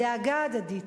הדאגה ההדדית,